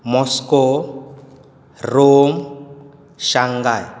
Moscow Rome Shanghai